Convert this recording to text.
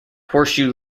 horseshoe